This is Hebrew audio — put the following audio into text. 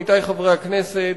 עמיתי חברי הכנסת,